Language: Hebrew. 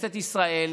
בכנסת ישראל